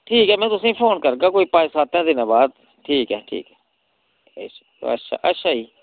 ठीक ऐ में तुसें ई फोन करगा कोई पंज सत्त दिनै बाद ठीक ऐ ठीक ऐ अच्छा अच्छा अच्छा जी